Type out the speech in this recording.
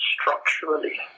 structurally